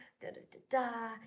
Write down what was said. da-da-da-da